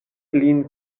lin